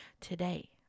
Today